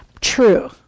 True